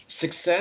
Success